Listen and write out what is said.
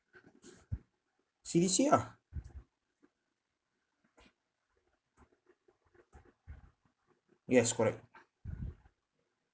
C_D_C ah yes correct